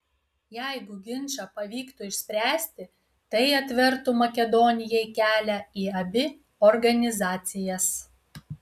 jeigu ginčą pavyktų išspręsti tai atvertų makedonijai kelią į abi organizacijas